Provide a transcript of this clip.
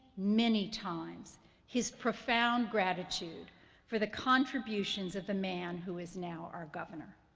many times his profound gratitude for the contributions of the man who is now our governor.